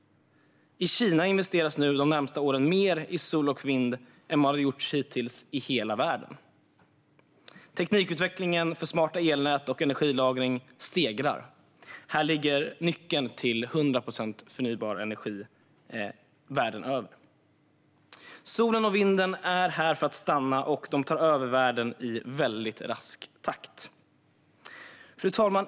I Kina investeras de närmaste åren mer i sol och vind än vad som investerats hittills i hela världen. Teknikutvecklingen för smarta elnät och energilagring stegrar. Här ligger nyckeln till 100 procent förnybar energi världen över. Solen och vinden är här för att stanna, och de tar över världen i rask takt. Fru talman!